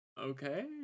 Okay